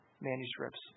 manuscripts